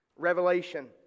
Revelation